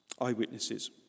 eyewitnesses